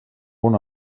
una